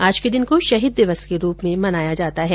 आज के दिन को शहीद दिवस के रूप में मनाया जाता है